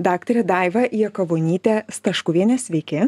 daktarę daivą jakavonytę staškuvienę sveiki sveiki